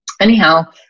anyhow